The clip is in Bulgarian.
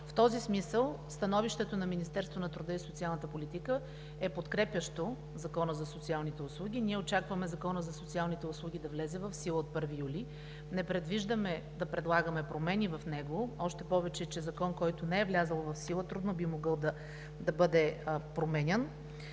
В този смисъл становището на Министерството на труда и социалната политика е подкрепящо Закона за социалните услуги. Ние очакваме Законът за социалните услуги да влезе в сила от 1 юли, не предвиждаме да предлагаме промени в него, още повече, че закон, който не е влязъл в сила, трудно би могъл да бъде променян.